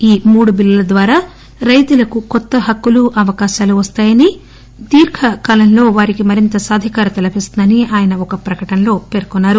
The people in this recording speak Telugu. ఈ మూడు బిల్లుల ద్వారా రైతులకు కొత్త హక్కులు అవకాశాలు వస్తాయని దీర్ఘకాలంలో వారికి మరింత సాధికారత లభిస్తుందని ఆయన ఒక ప్రకటనలో పేర్కొన్నారు